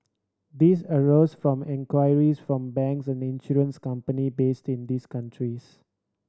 these arose from inquiries from banks and insurance company based in these countries